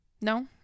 No